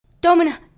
Domina